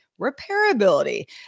repairability